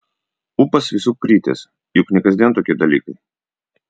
ūpas visų kritęs juk ne kasdien tokie dalykai